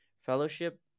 fellowship